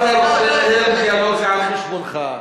זה יהיה על חשבונך.